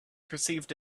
perceived